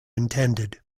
intended